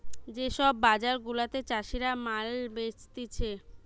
যে সব বাজার গুলাতে চাষীরা মাল বেচতিছে